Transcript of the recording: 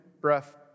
breath